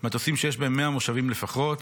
מטוסים שיש בהם 100 מושבים לפחות,